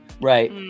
right